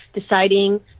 deciding